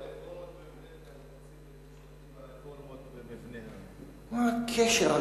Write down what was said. אולי הרפורמות במבנה הנציבות, מה הקשר?